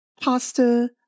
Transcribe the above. Pasta